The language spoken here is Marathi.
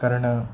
कारण